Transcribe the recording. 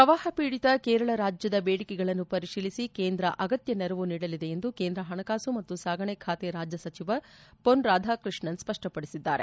ಪ್ರವಾಹ ಪೀಡಿತ ಕೇರಳ ರಾಜ್ಯದ ಬೇಡಿಕೆಗಳನ್ನು ಪರಿಶೀಲಿಸಿ ಕೇಂದ್ರ ಅಗತ್ಯ ನೆರವು ನೀಡಲಿದೆ ಎಂದು ಕೇಂದ್ರ ಹಣಕಾಸು ಮತ್ತು ಸಾಗಣೆ ಖಾತೆ ರಾಜ್ಯ ಸಚಿವ ಪೊನ್ ರಾಧಾಕೃಷ್ಣನ್ ಸ್ಪಪ್ಪಪಡಿಸಿದ್ದಾರೆ